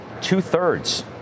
two-thirds